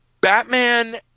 Batman